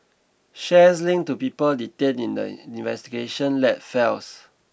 shares linked to people detained in the investigation led falls